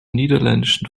niederländischen